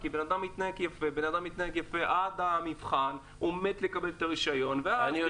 התלמיד מתנהג יפה עד המבחן ואז --- ברשותך,